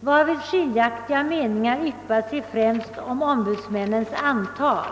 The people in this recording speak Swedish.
varvid skiljaktiga meningar yppade sig främst om ombudsmännens antal.